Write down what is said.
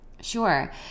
Sure